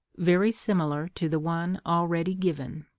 very similar to the one already given